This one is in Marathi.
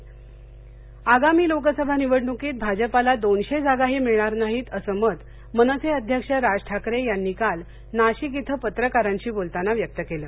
नाशिक आगामी लोकसभा निवडणूकीत भाजपाला दोनशे जागाही मिळणार नाहीत असं मत मनसे अध्यक्ष राज ठाकरे यांनी काल नाशिक इथं पत्रकारांशी बोलताना व्यक्त केलं